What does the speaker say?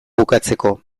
bukatzeko